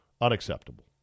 unacceptable